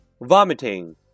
vomiting